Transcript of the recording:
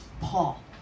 Paul